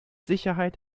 sicherheit